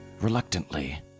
Reluctantly